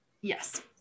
Yes